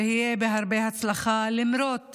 שיהיה הרבה הצלחה, למרות